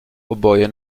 oboje